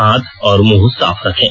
हाथ और मुंह साफ रखें